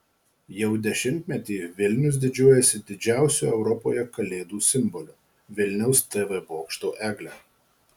jau dešimtmetį vilnius didžiuojasi didžiausiu europoje kalėdų simboliu vilniaus tv bokšto egle